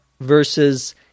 Versus